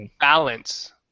balance